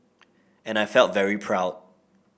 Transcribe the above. and I felt very proud